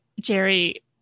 Jerry